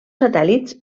satèl·lits